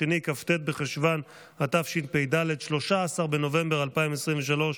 התשפ"ד 2023,